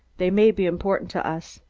they may be important to us.